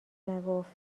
نگفت